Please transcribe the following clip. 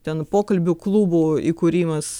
ten pokalbių klubų įkūrimas